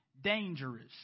dangerous